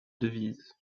devise